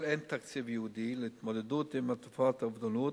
בישראל אין תקציב ייעודי להתמודדות עם תופעת האובדנות,